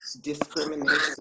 discrimination